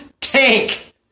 tank